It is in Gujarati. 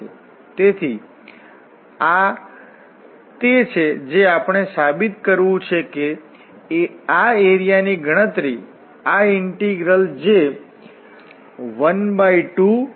કેટલીકવાર આ થીઓરમ ખૂબ ઉપયોગી છે કારણ કે ઘણી વાર આપણે હવે અવલોકન કરીશું કે આ કર્વ ઇન્ટીગ્રલ કેટલાક પ્રોબ્લેમ્સ માટે સરળ છે જ્યારે એરિયા ઇન્ટીગ્રલ અન્ય પ્રોબ્લેમ્સ માટે સરળ છે